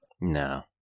No